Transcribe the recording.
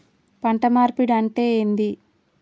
పంట మార్పిడి అంటే ఏంది?